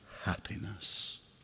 happiness